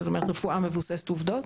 זאת אומרת רפואה מבוססת עובדות,